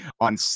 on